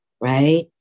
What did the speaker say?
right